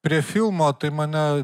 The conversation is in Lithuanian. prie filmo tai mane